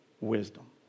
Wisdom